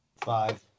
five